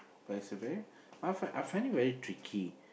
but it's a very I find I find it very tricky